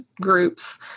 groups